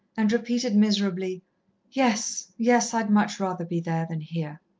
and repeated miserably yes, yes, i'd much rather be there than here.